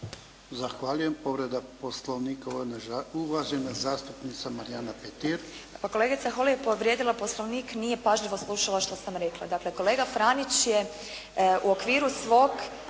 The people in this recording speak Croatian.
Zahvaljujem. Povreda poslovnika, uvažena zastupnica Marijana Petir.